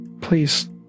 please